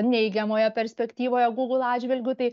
neigiamoje perspektyvoje google atžvilgiu tai